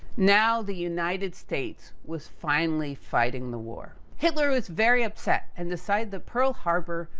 now, the united states was finally fighting the war. hitler was very upset, and decided the pearl harbor,